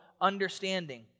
understanding